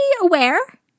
aware